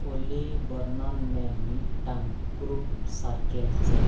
ᱚᱞᱤ ᱵᱚᱨᱱᱚᱱᱢᱮ ᱢᱤᱫᱴᱟᱝ ᱠᱩᱨᱩᱠᱷ ᱥᱟᱨᱠᱮᱞ ᱪᱮᱫ